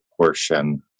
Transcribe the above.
portion